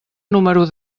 número